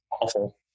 awful